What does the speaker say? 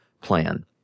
plan